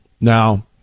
Now